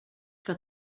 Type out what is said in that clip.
que